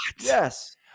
yes